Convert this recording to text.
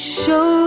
show